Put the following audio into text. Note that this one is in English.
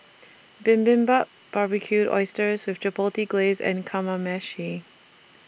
Bibimbap Barbecued Oysters with Chipotle Glaze and Kamameshi